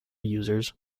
users